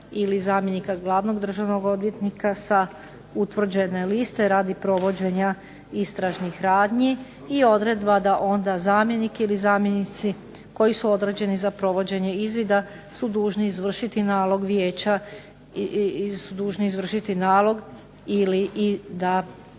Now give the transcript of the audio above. ili zamjenika glavnog državnog odvjetnika sa utvrđene liste radi provođenja istražnih radnji. I odredba da onda zamjenik ili zamjenici koji su određeni za provođenje izvida su dužni izvršiti nalog vijeća, su dužni izvršiti nalog i da